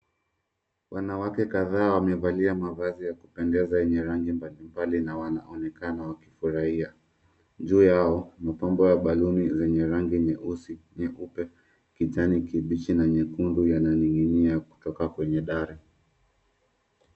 Wanawake kadhaa wamevalia mavazi ya kupendeza yenye rangi mbalimbali na wanaonekana wakifurahia. Juu yao mapambo ya baluni zenye rangi nyeusi, nyeupe, kijani kibichi na nyekundu yananing'inia kutoka kwenye dari